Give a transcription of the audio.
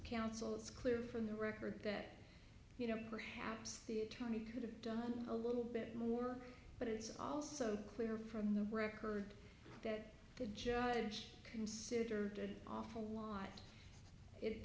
counsel it's clear from the record that you know perhaps the attorney could have done a little bit more but it's also clear from the record that the judge consider did awful